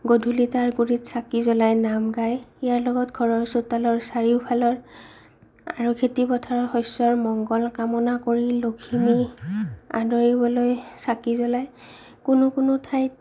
গধূলি তাৰ গুৰিত চাকি জ্বলাই নাম গাই ইয়াৰ লগত ঘৰৰ চোতালৰ চাৰিওফালৰ আৰু খেতি পথাৰৰ শস্যৰ মংগল কামনা কৰি লখিমী আদৰিবলৈ চাকি জ্বলাই কোনো কোনো ঠাইত